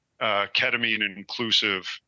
ketamine-inclusive